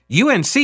UNC